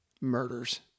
murders